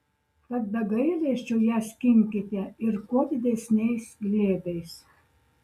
tad be gailesčio ją skinkite ir kuo didesniais glėbiais